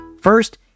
First